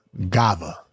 gava